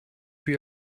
für